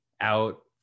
out